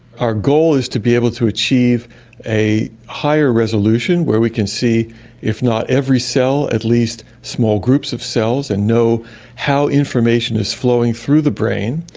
our goal is to be able to achieve a higher resolution where we can see if not every cell at least small groups of cells and know how information is flowing through the brain,